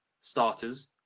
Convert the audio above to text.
starters